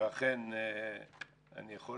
ואכן אני יכול